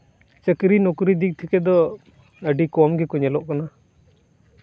ᱪᱟᱹᱠᱨᱤ ᱱᱩᱠᱨᱤ ᱫᱤᱠ ᱛᱷᱮᱠᱮ ᱫᱚ ᱟᱹᱰᱤ ᱠᱚᱢ ᱜᱮᱠᱚ ᱧᱮᱞᱚᱜ ᱠᱟᱱᱟ